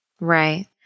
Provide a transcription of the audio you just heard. Right